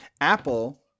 Apple